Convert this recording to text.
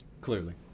Clearly